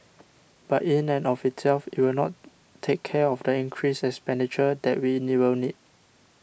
but in and of itself it will not take care of the increased expenditure that we will need